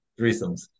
Threesomes